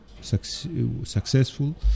successful